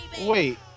Wait